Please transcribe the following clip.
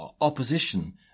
opposition